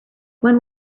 when